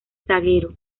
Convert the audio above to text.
zaguero